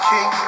King